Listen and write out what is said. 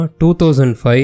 2005